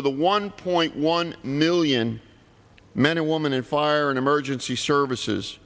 the one point one million men and woman in fire and emergency services